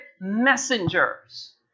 messengers